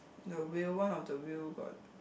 the wheel one of the wheel got